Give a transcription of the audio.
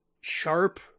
sharp